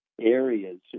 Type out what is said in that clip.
areas